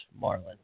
Marlin